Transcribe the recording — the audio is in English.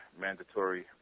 mandatory